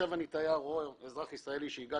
שאם לדוגמה תייר או אזרח ישראלי הגיע